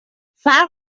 فرق